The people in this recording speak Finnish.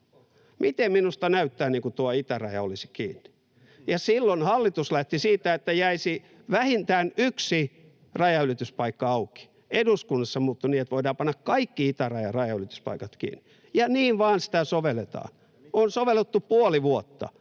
Miten minusta näyttää, niin kuin tuo itäraja olisi kiinni. Ja silloin hallitus lähti siitä, että jäisi vähintään yksi rajanylityspaikka auki. Eduskunnassa se muuttui niin, että voidaan panna kaikki itärajan rajanylityspaikat kiinni, ja niin vaan sitä sovelletaan, on sovellettu puoli vuotta.